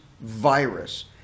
virus